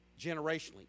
generationally